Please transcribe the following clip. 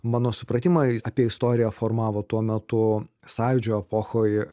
mano supratimą apie istoriją formavo tuo metu sąjūdžio epochoj